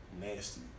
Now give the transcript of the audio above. nasty